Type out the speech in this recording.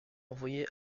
envoyés